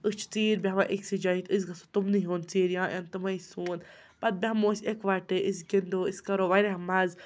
أسۍ چھِ ژیٖرۍ بیٚہوان أکسٕے جایہِ تہٕ أسۍ گژھو تِمنٕے ہُنٛد ژیٖرۍ یا یِن تِمَے سون پَتہٕ بیٚہمو أسۍ اِکوَٹے أسۍ گِنٛدو أسۍ کَرو واریاہ مَزٕ